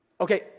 Okay